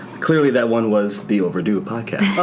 clearly that one was the overdue podcast.